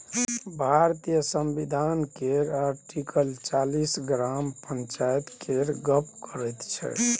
भारतीय संविधान केर आर्टिकल चालीस ग्राम पंचायत केर गप्प करैत छै